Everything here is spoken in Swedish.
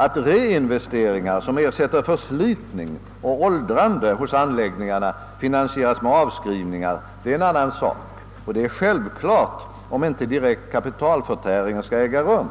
Att reinvesteringar som ersätter förslitning och åldrande hos anläggningarna finansieras med avskrivningar är en annan sak, och de är självklara, om inte direkt kapitalförtäring skall äga rum.